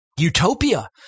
utopia